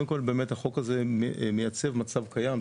קודם כול, באמת החוק הזה מייצב מצב קיים.